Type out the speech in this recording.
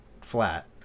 flat